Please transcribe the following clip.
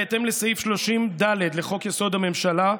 בהתאם לסעיף 30(ד) לחוק-יסוד: הממשלה,